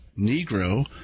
Negro